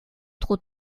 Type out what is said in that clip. trop